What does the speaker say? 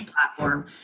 platform